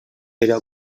era